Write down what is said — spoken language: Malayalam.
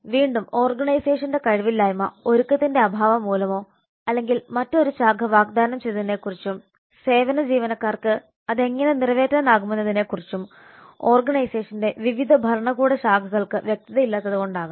വീണ്ടും ഓർഗനൈസേഷന്റെ കഴിവില്ലായ്മ ഒരുക്കത്തിന്റെ അഭാവം മൂലമോ അല്ലെങ്കിൽ മറ്റൊരു ശാഖ വാഗ്ദാനം ചെയ്തതിനെക്കുറിച്ചും സേവന ജീവനക്കാർക്ക് അത് എങ്ങനെ നിറവേറ്റാനാകുമെന്നതിനെക്കുറിച്ചും ഓർഗനൈസേഷന്റെ വിവിധ ഭരണകൂട ശാഖകൾക്ക് വ്യക്തതയില്ലാത്തതുകൊണ്ടാകാം